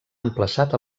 emplaçat